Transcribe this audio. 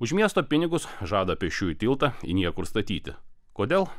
už miesto pinigus žada pėsčiųjų tiltą į niekur statyti kodėl